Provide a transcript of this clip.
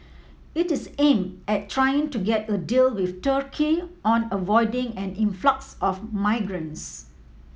it is aim at trying to get a deal with Turkey on avoiding an influx of migrants